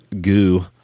goo